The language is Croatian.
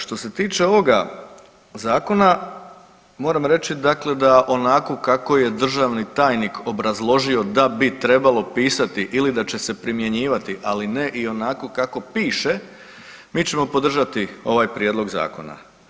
Što se tiče ovoga zakona moram reći, dakle da onako kako je državni tajnik obrazložio da bi trebalo pisati ili da će se primjenjivati ali ne i onako kako piše mi ćemo podržati ovaj prijedlog zakona.